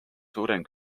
suurem